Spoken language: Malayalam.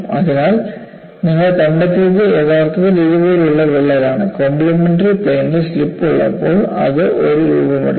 അതിനാൽ നിങ്ങൾ കണ്ടെത്തിയത് യഥാർത്ഥത്തിൽ ഇതുപോലുള്ള വിള്ളലാണ് കോപ്ലിമെൻററി പ്ലെയിനിൽ സ്ലിപ്പ് ഉള്ളപ്പോൾ അത് ഒരു രൂപമെടുത്തു